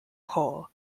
pull